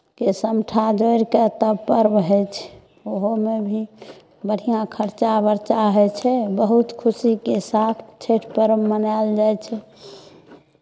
के समठा जोड़ि कऽ तब पर्व होइ छै ओहोमे भी बढ़िआँ खर्चा बर्चा होइ छै बहुत खुशीके साथ छठि पर्व मनायल जाइ छै